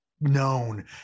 known